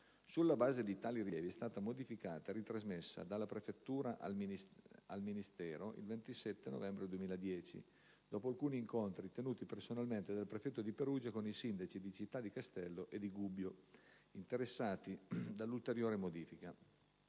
Sulla base di tali rilievi, è stata modificata e ritrasmessa dalla prefettura al Ministero il 27 novembre 2010, dopo alcuni incontri tenuti personalmente dal prefetto di Perugia con i sindaci di Città di Castello e di Gubbio, interessati dall'ulteriore modifica.